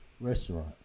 restaurant